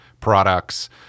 products